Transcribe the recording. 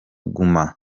guma